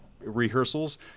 rehearsals